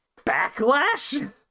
Backlash